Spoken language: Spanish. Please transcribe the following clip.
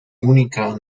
única